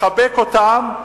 מחבק אותן,